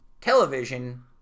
television